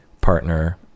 partner